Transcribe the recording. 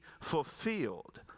fulfilled